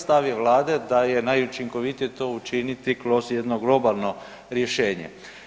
Stav je Vlade da je najučinkovitije to učiniti kroz jedno globalno rješenje.